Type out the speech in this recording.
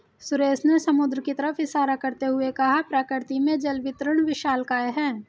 सुरेश ने समुद्र की तरफ इशारा करते हुए कहा प्रकृति में जल वितरण विशालकाय है